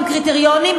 עם קריטריונים,